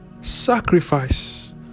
sacrifice